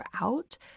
out